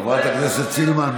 חברת הכנסת סילמן,